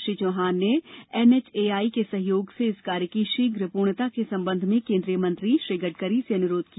श्री चौहान ने एनएचएआई के सहयोग इस कार्य की शीघ्र पूर्णता के संबंध में केन्द्रीय मंत्री श्री गडकरी से अनुरोघ किया